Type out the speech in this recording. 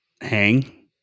hang